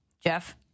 jeff